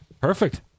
Perfect